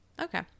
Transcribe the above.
okay